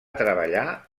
treballar